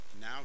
Now